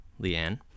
Leanne